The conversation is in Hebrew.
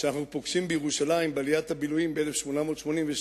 כשאנחנו פוגשים בירושלים בעליית הביל"ויים ב-1882,